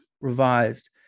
revised